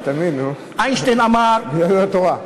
ביהדות התורה.